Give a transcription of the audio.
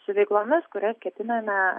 su veiklomis kurias ketiname